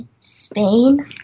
Spain